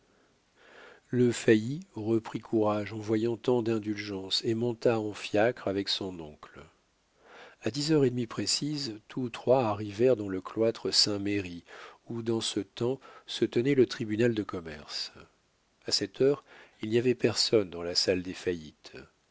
le failli reprit courage en voyant tant d'indulgence et monta en fiacre avec son oncle a dix heures et demie précises tous trois arrivèrent dans le cloître saint-merry où dans ce temps se tenait le tribunal de commerce a cette heure il n'y avait personne dans la salle des faillites